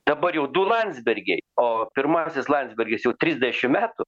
dabar jau du landsbergiai o pirmasis landsbergis jau trisdešim metų